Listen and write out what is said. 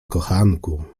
kochanku